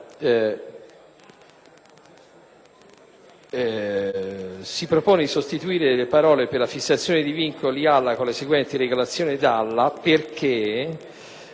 propone di sostituire le parole «per la fissazione di vincoli alla» con le parole «di regolazione della», perché si vuole prevedere